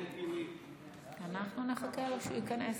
אנחנו נחכה לו שייכנס.